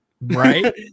Right